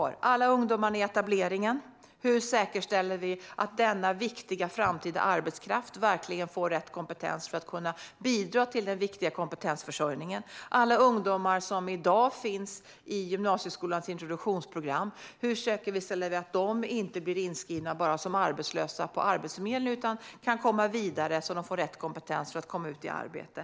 När det gäller alla ungdomar i etableringen, hur säkerställer vi att denna viktiga framtida arbetskraft verkligen får rätt kompetens för att kunna bidra till den viktiga kompetensförsörjningen? När det gäller alla ungdomar som i dag finns i gymnasieskolans introduktionsprogram, hur säkerställer vi att de inte bara blir inskrivna som arbetslösa på Arbetsförmedlingen utan kan komma vidare och få rätt kompetens för att komma ut i arbete?